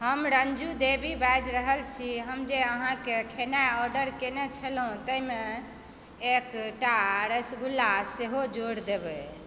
हम रंजू देवी बाजि रहल छी हम जे अहाँकेँ खेनाइ ऑर्डर कयने छलहुँ ताहिमे एकटा रसगुल्ला सेहो जोड़ि देबय